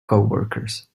coworkers